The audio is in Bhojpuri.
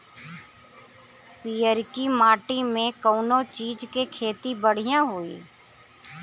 पियरकी माटी मे कउना चीज़ के खेती बढ़ियां होई?